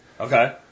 okay